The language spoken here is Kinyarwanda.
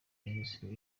minisitiri